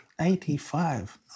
Eighty-five